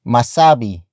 Masabi